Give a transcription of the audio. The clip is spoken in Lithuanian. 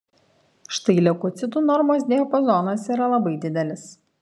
štai leukocitų normos diapazonas yra labai didelis